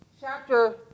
chapter